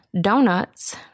donuts